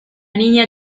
niña